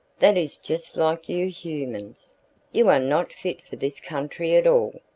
that is just like you humans you are not fit for this country at all!